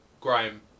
grime